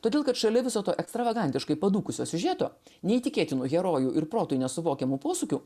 todėl kad šalia viso to ekstravagantiškai padūkusio siužeto neįtikėtinų herojų ir protui nesuvokiamų posūkių